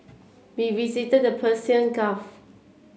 we visited the Persian Gulf